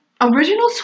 original